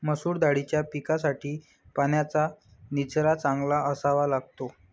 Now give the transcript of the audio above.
मसूर दाळीच्या पिकासाठी पाण्याचा निचरा चांगला असावा लागतो